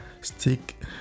stick